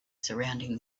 surrounding